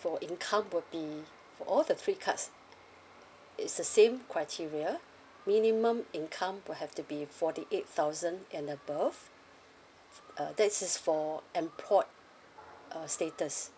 for income will be for all the three cards it's a same criteria minimum income will have to be forty eight thousand and above uh that is for employed uh status